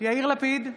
יאיר לפיד,